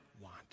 want